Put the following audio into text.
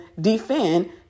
defend